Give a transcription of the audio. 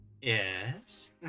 Yes